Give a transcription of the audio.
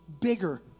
bigger